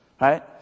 right